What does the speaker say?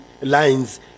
lines